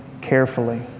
carefully